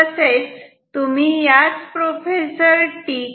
तसेच तुम्ही याच प्रोफेसर टी